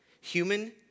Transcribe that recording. human